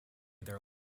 their